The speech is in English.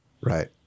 right